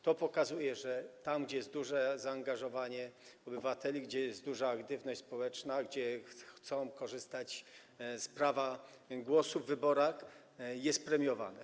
To pokazuje, że tam gdzie jest duże zaangażowanie obywateli, gdzie jest duża aktywność społeczna, gdzie ludzie chcą korzystać z prawa głosu w wyborach, jest to premiowane.